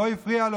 זה לא הפריע לו,